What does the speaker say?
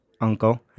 Uncle